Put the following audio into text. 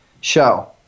show